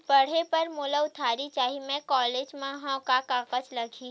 पढ़े बर मोला उधारी चाही मैं कॉलेज मा हव, का कागज लगही?